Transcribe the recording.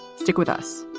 stick with us